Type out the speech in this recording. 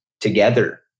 together